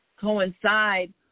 coincide